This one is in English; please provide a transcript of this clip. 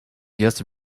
just